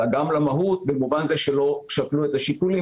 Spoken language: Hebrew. גם לפגם במובן זה שלא שקלו את השיקולים.